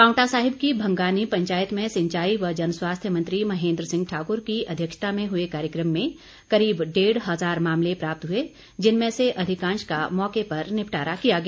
पांवटा साहिब की भंगानी पंचायत में सिंचाई व जन स्वास्थ्य मंत्री महेन्द्र सिंह ठाकुर की अध्यक्षता में हुए कार्यक्रम में करीब डेढ़ हज़ार मामले प्राप्त हुए जिनमें से अधिकांश का मौके पर निपटारा किया गया